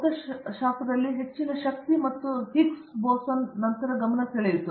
ನಿರ್ಮಲ ಉದಾಹರಣೆಗೆ ಕಣ ಭೌತಶಾಸ್ತ್ರದಲ್ಲಿ ಹೆಚ್ಚಿನ ಶಕ್ತಿ ಇದು ಹಿಗ್ಸ್ ಬೋಸನ್ ನಂತರ ಗಮನ ಸೆಳೆಯಿತು